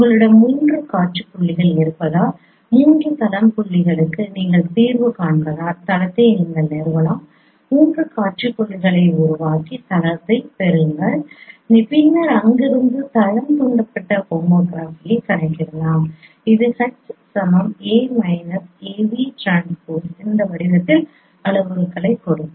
உங்களிடம் 3 காட்சி புள்ளிகள் இருப்பதால் 3 தளம் புள்ளிகளுக்கு நீங்கள் தீர்வு காண்பதால் தளத்தை நீங்கள் பெறலாம் 3 காட்சி புள்ளிகளை உருவாக்கி தளத்தை பெறுங்கள் பின்னர் அங்கிருந்து தளம் தூண்டப்பட்ட ஹோமோகிராஃபி கணக்கிடலாம் இது H சமம் A minus a v transpose இந்த வடிவத்தில் அளவுருவைக் கொடுக்கும்